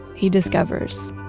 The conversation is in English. he discovers.